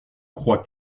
croit